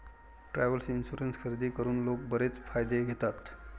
travel insurance खरेदी करून लोक बरेच फायदे घेतात